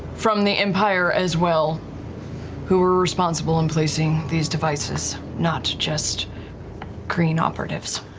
from the empire as well who were responsible in placing these devices, not just kryn operatives.